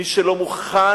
מי שלא מוכן,